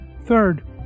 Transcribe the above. Third